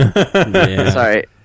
Sorry